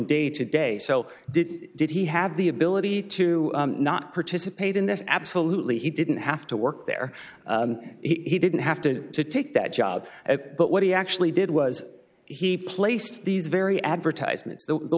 day to day so did did he have the ability to not participate in this absolutely he didn't have to work there he didn't have to take that job but what he actually did was he placed these very advertisements